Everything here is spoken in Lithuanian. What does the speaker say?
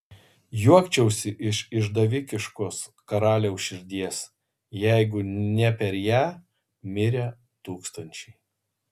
juokčiausi iš išdavikiškos karaliaus širdies jeigu ne per ją mirę tūkstančiai